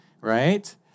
right